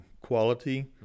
quality